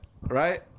right